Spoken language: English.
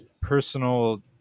personal